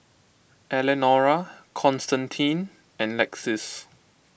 Elenora Constantine and Lexis